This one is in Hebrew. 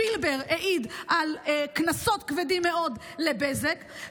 פילבר העיד על קנסות כבדים מאוד לבזק,